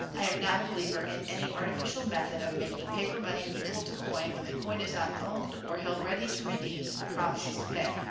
i am not a believer in any artificial method of making paper money equal to coin when the coin is not owned or held ready to redeem the promises to pay,